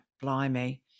blimey